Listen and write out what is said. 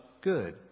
good